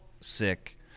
sick